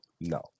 no